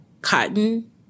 cotton